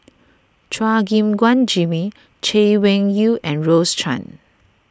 Chua Gim Guan Jimmy Chay Weng Yew and Rose Chan